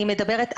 אני מדברת,